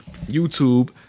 YouTube